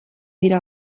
dira